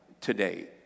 today